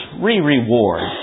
re-reward